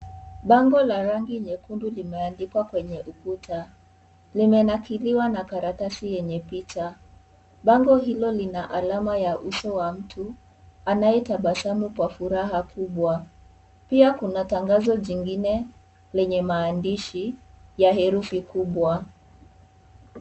Bango la rangi nyekundu imeandikwa kwenye ukuta limenakiliwa na karatasi yenye picha bango hilo lina alama ya uso wa mtu anaetabasamu kwa furaha kubwa pia kuna tangazo jingine lenye maandushi ya herufi kubwa.